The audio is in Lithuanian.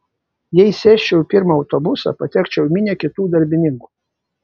jei įsėsčiau į pirmą autobusą patekčiau į minią kitų darbininkų